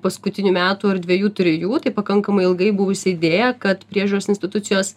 paskutinių metų ar dvejų trejų tai pakankamai ilgai buvusi idėja kad priežiūros institucijos